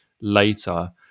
later